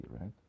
right